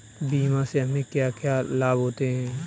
बीमा से हमे क्या क्या लाभ होते हैं?